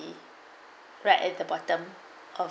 be right at the bottom